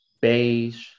beige